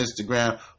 Instagram